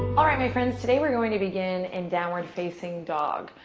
all right, my friends, today we're going to begin in downward facing dog.